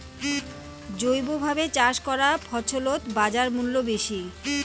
জৈবভাবে চাষ করা ফছলত বাজারমূল্য বেশি